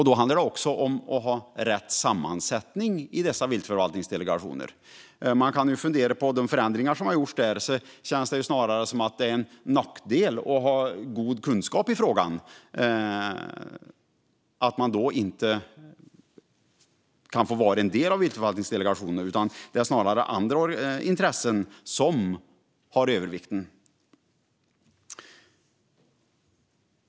Då handlar det också om att ha rätt sammansättning i dessa viltförvaltningsdelegationer. Man kan ju fundera på de förändringar som har gjorts där. Det känns snarare som att det är en nackdel att ha god kunskap i frågan och att man då inte kan få vara en del av viltförvaltningsdelegationen. Det är snarare andra intressen som har övervikten.